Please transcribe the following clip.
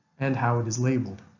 and how it is labeled.